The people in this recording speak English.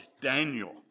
Daniel